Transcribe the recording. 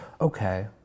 okay